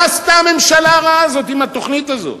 מה עשתה הממשלה הרעה הזאת עם התוכנית הזאת?